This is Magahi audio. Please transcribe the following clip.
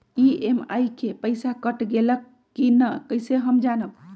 ई.एम.आई के पईसा कट गेलक कि ना कइसे हम जानब?